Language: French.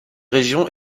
régions